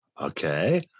okay